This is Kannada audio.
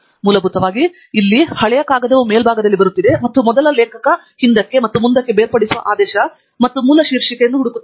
ಮೂಲಭೂತವಾಗಿ ಇಲ್ಲಿ ಹಳೆಯ ಕಾಗದವು ಮೇಲ್ಭಾಗದಲ್ಲಿ ಬರುತ್ತಿದೆ ಮತ್ತು ಮೊದಲ ಲೇಖಕ ಹಿಂದಕ್ಕೆ ಮತ್ತು ಮುಂದಕ್ಕೆ ಬೇರ್ಪಡಿಸುವ ಆದೇಶ ಮತ್ತು ಮೂಲ ಶೀರ್ಷಿಕೆಯನ್ನು ಹುಡುಕುತ್ತದೆ